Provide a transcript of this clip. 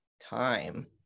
Time